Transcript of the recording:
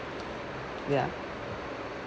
ya